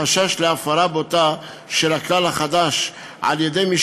יש חשש להפרה בוטה של הכלל החדש על-ידי מי